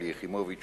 שלי יחימוביץ,